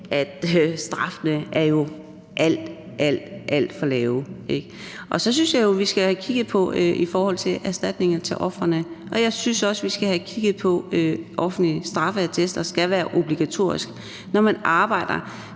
jo er alt, alt for lave. Og så synes jeg jo, vi skal have kigget på erstatninger til ofrene, og jeg synes også, vi skal have kigget på, om offentlige straffeattest skal være obligatorisk, når man arbejder